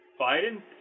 Biden